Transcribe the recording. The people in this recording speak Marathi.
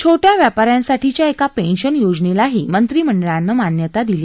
छोट्या व्यापाऱ्यांसाठीच्या एका पश्चिन योजनछीही मंत्रिमंडळानं मान्यता दिली